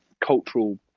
cultural